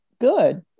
good